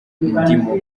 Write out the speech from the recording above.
ndimo